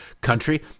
country